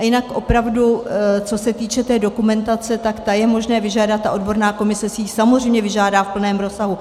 A jinak opravdu, co se týče té dokumentace, tu je možné vyžádat, ta odborná komise si ji samozřejmě vyžádá v plném rozsahu.